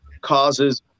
causes